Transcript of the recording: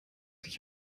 ich